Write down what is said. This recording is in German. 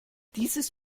dieses